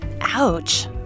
Ouch